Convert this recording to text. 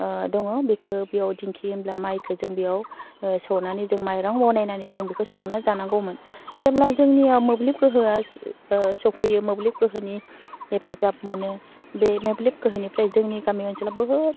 दङ बेखौ बेयाव दिंखि होमब्ला मायखौ जों बेयाव सौनानै जों माइरं बानायनानै जों बेखौ संना जानांगौमोन जेब्ला जोंनियाव मोब्लिब गोहोआ सफैयो मोब्लिब गोहोनि हेफाजाब मोनो बे मोब्लिब गोहोनिफ्राय जोंनि गामि ओनसोला बहुत